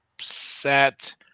set